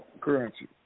currency